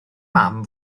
mam